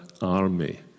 army